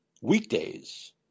weekdays